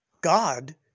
God